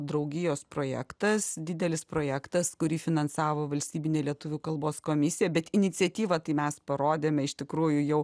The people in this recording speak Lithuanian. draugijos projektas didelis projektas kurį finansavo valstybinė lietuvių kalbos komisija bet iniciatyvą tai mes parodėme iš tikrųjų jau